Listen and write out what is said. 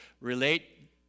relate